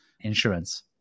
insurance